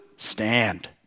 Stand